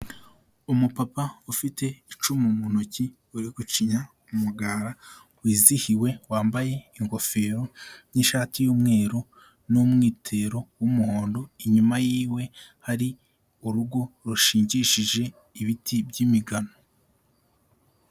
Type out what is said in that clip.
Umupapa ufite icumu mu ntoki, uri gucinya umugara wizihiwe, wambaye ingofero n'ishati y'umweru n'umwitero w'umuhondo, inyuma yiwe, hari urugo rushingishije ibiti by'imigano.